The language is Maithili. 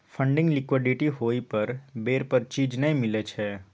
फंडिंग लिक्विडिटी होइ पर बेर पर चीज नइ मिलइ छइ